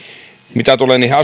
mitä tulee niihin